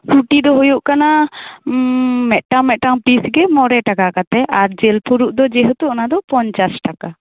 ᱨᱩᱴᱤ ᱫᱚ ᱦᱩᱭᱩᱜ ᱠᱟᱱᱟ ᱩᱸᱻ ᱢᱤᱫᱴᱟᱝ ᱢᱤᱫᱴᱟᱝ ᱯᱤᱥ ᱜᱮ ᱢᱚᱬᱮ ᱴᱟᱠᱟ ᱠᱟᱛᱮ ᱟᱨ ᱡᱤᱞ ᱯᱷᱩᱲᱩᱜ ᱫᱚ ᱡᱮᱦᱮᱛᱩ ᱚᱱᱟ ᱫᱚ ᱯᱚᱸᱧᱪᱟᱥ ᱴᱟᱠᱟ